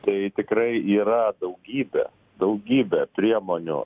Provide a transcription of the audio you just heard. tai tikrai yra daugybė daugybė priemonių